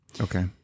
Okay